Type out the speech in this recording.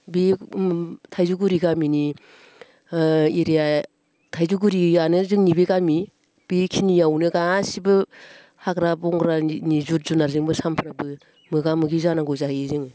बे थाइजौगुरि गामिनि एरिया थाइजौगुरियानो जोंनि बे गामि बेखिनियावनो गासैबो हाग्रा बंग्रानि जुनारजोंबो सानफ्रामबो मोगा मोगि जानांगौ जायो जों